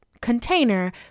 container